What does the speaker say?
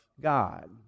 God